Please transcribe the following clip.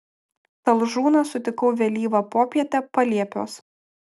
talžūną sutikau vėlyvą popietę paliepiuos